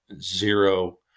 zero